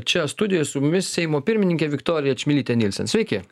čia studijoje su mumis seimo pirmininkė viktoriją čmilytę nilsen sveiki